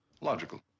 Logical